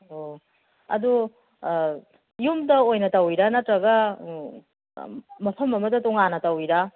ꯑꯣ ꯑꯗꯨ ꯌꯨꯝꯗ ꯑꯣꯏꯅ ꯇꯧꯔꯤꯔ ꯅꯠꯇ꯭ꯔꯒ ꯃꯐꯝ ꯑꯃꯗ ꯇꯣꯉꯥꯟꯅ ꯇꯧꯔꯤꯔ